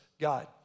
God